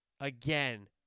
Again